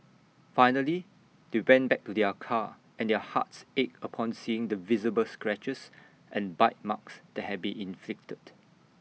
finally they went back to their car and their hearts ached upon seeing the visible scratches and bite marks that had been inflicted